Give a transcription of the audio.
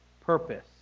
purpose